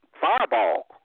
fireball